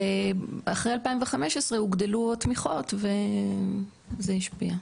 אחרי 2015 הוגדלו התמיכות וזה השפיע,